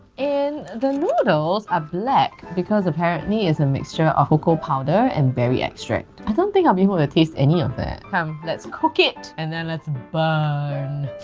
and the noodles are black because apparently is a mixture of cocoa powder and berry extract. i don't think i'll be able to taste any of that. come um let's cook it and then let's burn!